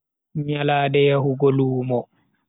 Nyalade yahugo lumo.